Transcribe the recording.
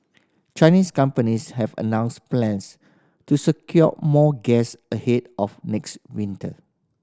Chinese companies have announced plans to secure more gas ahead of next winter